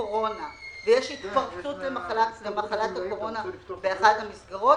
התפרצות של מחלת הקורונה באחת המסגרות,